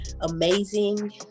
amazing